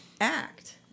act